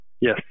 Yes